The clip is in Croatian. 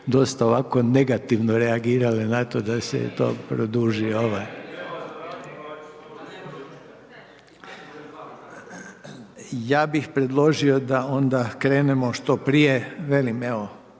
dosta ovako negativno reagirali na to, da se to produži. Ja bih predložio da onda krenemo što prije, velim,